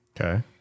Okay